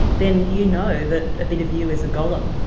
then, you know that a bit of you is a golem.